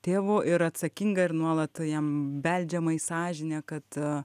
tėvu ir atsakinga nuolat jam beldžiama į sąžinę kad